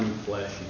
flesh